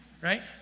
right